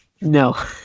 No